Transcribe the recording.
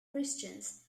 christians